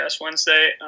Wednesday